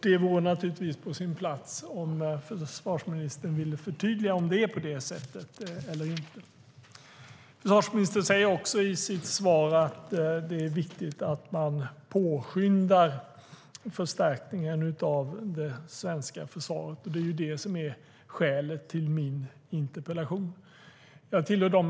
Det vore naturligtvis på sin plats om försvarsministern ville förtydliga om det är på det sättet eller inte. Herr talman!